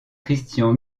christian